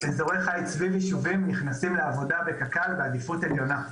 אזורי חיץ סביב יישובים נכנסים לעבודה בקק"ל בעדיפות עליונה,